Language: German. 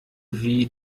wie